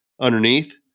underneath